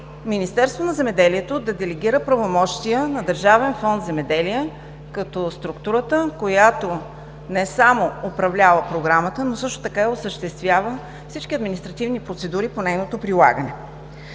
Министерството на земеделието, храните и горите да делегира правомощия на Държавен фонд „Земеделие“ като структурата, която не само управлява Програмата, но също така осъществява всички административни процедури по нейното прилагане.